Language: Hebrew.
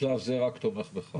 בשלב זה אני רק תומך בך,